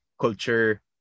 culture